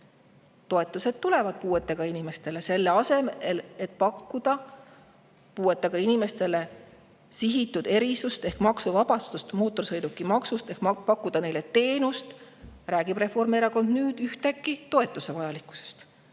inimestele tulevad toetused. Selle asemel et pakkuda puuetega inimestele sihitud erisust, vabastust mootorsõidukimaksust, ehk pakkuda neile teenust, räägib Reformierakond nüüd ühtäkki toetuse vajalikkusest.